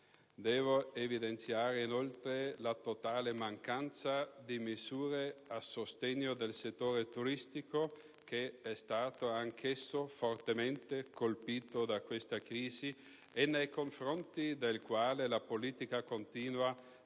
devo evidenziare la totale mancanza di misure a sostegno del settore turistico, anch'esso fortemente colpito da questa crisi e nei confronti del quale la politica continua